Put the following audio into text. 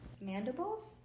Mandibles